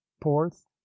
porth